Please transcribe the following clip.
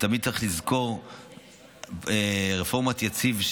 תמיד צריך לזכור שרפורמת יציב,